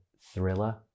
thriller